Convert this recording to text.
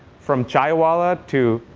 from chaiwallah to